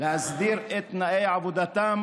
ולהסדיר את תנאי עבודתם